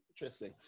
interesting